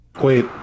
Wait